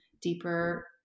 deeper